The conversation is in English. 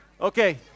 Okay